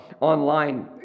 online